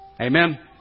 Amen